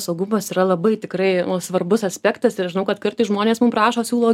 saugumas yra labai tikrai svarbus aspektas ir žinau kad kartais žmonės mum prašo siūlo